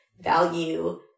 value